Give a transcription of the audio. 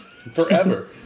forever